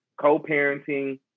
co-parenting